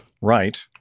Right